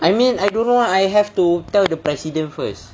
I mean I don't know ah I have to tell the president first